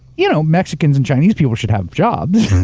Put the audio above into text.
you know mexicans and chinese people should have jobs,